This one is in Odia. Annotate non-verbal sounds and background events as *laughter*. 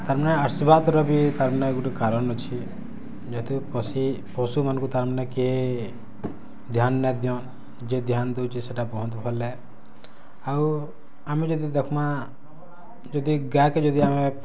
ତାର୍ମାନେ ଆଶୀର୍ବାଦ୍ର ବି ତାର୍ମାନେ ଗୁଟେ କାରଣ ଅଛେ ଯେତେ *unintelligible* ପଶୁମାନକୁଁ ତାର୍ମାନେ କିଏ ଧ୍ୟାନ ନାଇଁଦିଅନ୍ ଯିଏ ଧ୍ୟାନ୍ ଦେଉଛେ ସେଇଟା ବହୁତ୍ ଭଲ୍ ଏ ଆଉ ଆମେ ଯଦି ଦେଖ୍ମାଁ ଯଦି ଗାଏକେ ଯଦି ଆମେ